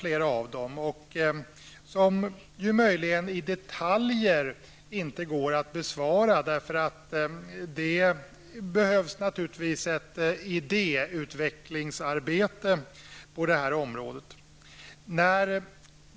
Det går inte att i detalj besvara dessa frågor, för det behövs ett idéutvecklingsarbete på detta område.